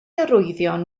arwyddion